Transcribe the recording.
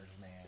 man